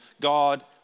God